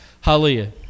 Hallelujah